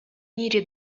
мірі